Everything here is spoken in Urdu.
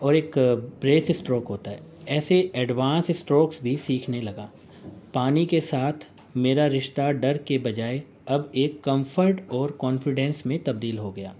اور ایک بریس اسٹروک ہوتا ہے ایسے ہی ایڈوانس اسٹروکس بھی سیکھنے لگا پانی کے ساتھ میرا رشتہ ڈر کے بجائے اب ایک کمفرٹ اور کانفیڈینس میں تبدیل ہو گیا